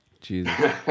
Jesus